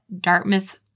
dartmouth